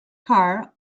car